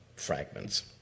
fragments